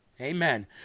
amen